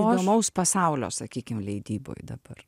įdomaus pasaulio sakykim leidyboj dabar